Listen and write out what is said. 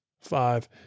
five